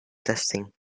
testing